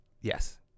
yes